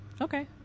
Okay